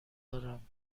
دارم